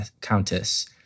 Countess